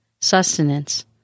sustenance